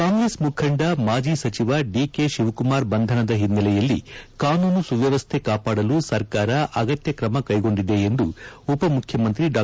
ಕಾಂಗ್ರೆಸ್ ಮುಖಂದ ಮಾಜಿ ಸಚಿವ ದಿಕೆ ಶಿವಕುಮಾರ್ ಬಂಧನದ ಹಿನ್ನೆಲೆಯಲ್ಲಿ ಕಾನೂನು ಸುವ್ಯವಸ್ಥೆ ಕಾಪಾಡಲು ಸರ್ಕಾರ ಅಗತ್ಯ ಕ್ರಮ ಕೈಗೊಳ್ಳಲಾಗಿದೆ ಎಂದು ಉಪಮುಖ್ಯಮಂತ್ರಿ ಡಾ